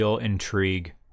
Intrigue